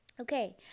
okay